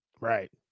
Right